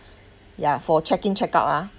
ya for check-in check-out ah